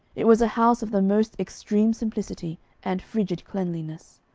it was a house of the most extreme simplicity and frigid cleanliness.